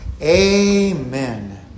Amen